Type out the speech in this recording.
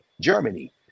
Germany